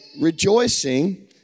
rejoicing